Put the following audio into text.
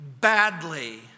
badly